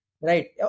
Right